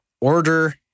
Order